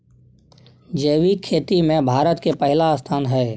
जैविक खेती में भारत के पहिला स्थान हय